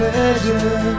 Pleasure